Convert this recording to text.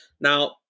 Now